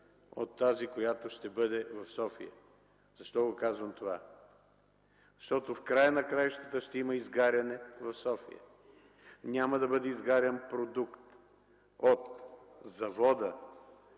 от тази, която ще бъде тук. Защо го казвам това? Защото в края на краищата ще има изгаряне в София. Няма да бъде изгарян продукт от завода,